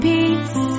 Peace